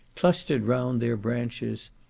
clustered round their branches.